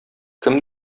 кем